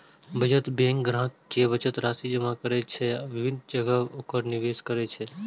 बचत बैंक ग्राहक के बचत राशि जमा करै छै आ विभिन्न जगह ओकरा निवेश करै छै